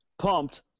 pumped